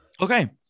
Okay